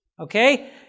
Okay